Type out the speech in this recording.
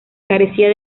carecía